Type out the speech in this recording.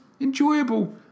Enjoyable